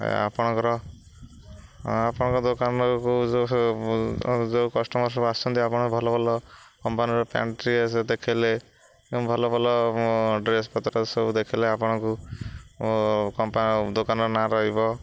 ଆପଣଙ୍କର ଆପଣଙ୍କ ଦୋକାନକୁ ଯେଉଁ ଯେଉଁ କଷ୍ଟମର ସବୁ ଆସୁଛନ୍ତି ଆପଣ ଭଲ ଭଲ କମ୍ପାନୀର ପ୍ୟାଣ୍ଟ ଟିକେ ଦେଖେଇଲେ ଭଲ ଭଲ ଡ୍ରେସ୍ପତ୍ର ସବୁ ଦେଖେଇଲେ ଆପଣଙ୍କୁ କ ଦୋକାନର ନାଁ ରହିବ